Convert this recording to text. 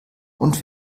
und